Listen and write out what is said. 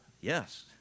yes